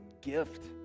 gift